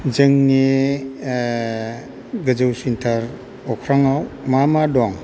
जोंनि ओ गोजौसिनथार अख्रांआव मा मा दं